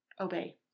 obey